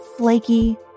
Flaky